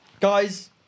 Guys